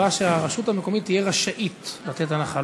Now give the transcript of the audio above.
שהרשות המקומית תהיה רשאית לתת הנחה,